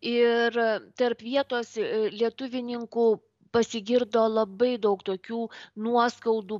ir tarp vietos lietuvininkų pasigirdo labai daug tokių nuoskaudų